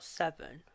seven